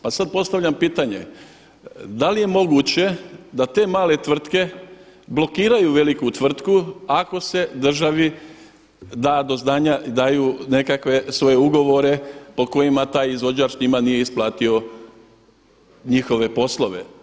Pa sada postavljam pitanje, da li je moguće da te male tvrtke blokiraju veliku tvrtku ako se državi da do znanja, daju nekakve svoje ugovore po kojima taj izvođač njima nije isplatio njihove poslove.